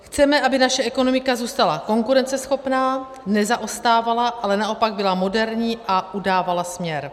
Chceme, aby naše ekonomika zůstala konkurenceschopná, nezaostávala, ale naopak byla moderní a udávala směr.